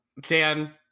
dan